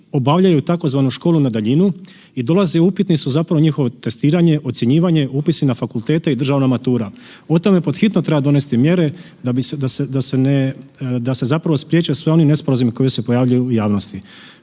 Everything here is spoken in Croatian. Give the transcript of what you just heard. obavljaju tzv. Školu na daljinu i dolaze, upitni su zapravo njihovo testiranje, ocjenjivanje, upisi na fakultete i državna matura. O tome pod hitno treba donijeti mjere da se ne, da se zapravo spriječe svi oni nesporazumi koji se pojavljuju u javnosti.